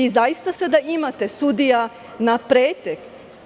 Zaista sada imate sudija na pretek.